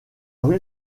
rue